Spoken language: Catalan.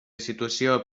situació